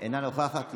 אינה נוכחת.